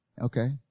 Okay